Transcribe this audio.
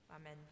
Amen